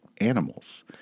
animals